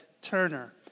Turner